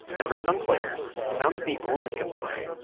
and for some players, sound is the only component.